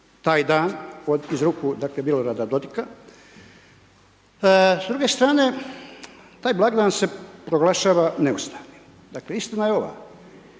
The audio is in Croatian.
taj dan, od iz ruku Milorada Dodika. S druge strane, taj blagdan se proglašava neustavnim. Dakle, istina je ova,